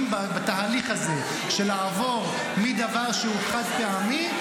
בתהליך הזה של לעבור מדבר שהוא חד-פעמי,